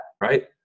right